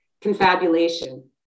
Confabulation